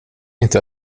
inte